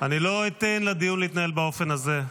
אני לא אתן לדיון להתנהל באופן הזה.